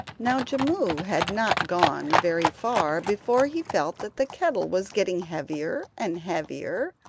now jimmu had not gone very far before he felt that the kettle was getting heavier and heavier,